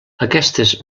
aquestes